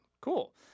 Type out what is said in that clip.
cool